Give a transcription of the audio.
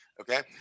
Okay